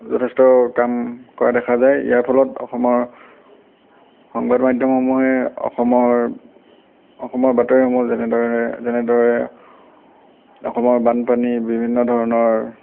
যথেষ্ট কাম কৰা দেখা যায় ইয়াৰ ফলত অসমৰ সংবাদ মাধ্যমসমূহে অসমৰ অসমৰ বাতৰিসমূহ যেনেধৰণে যেনেদৰে অসমৰ বানপানী বিভিন্ন ধৰণৰ